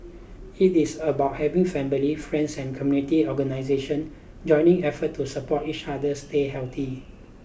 it is about having family friends and community organisation joining efforts to support each other stay healthy